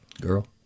Girl